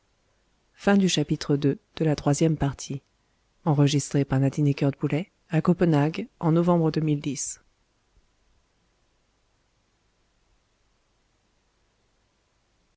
en fin de